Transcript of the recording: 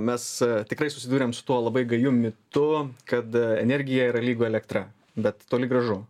mes tikrai susidūrėm su tuo labai gaju mitu kad energija yra lygu elektra bet toli gražu